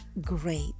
great